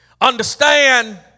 Understand